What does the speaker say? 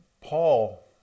Paul